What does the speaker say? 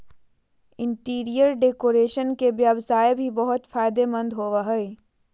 interior decoration के व्यवसाय भी बहुत फायदेमंद होबो हइ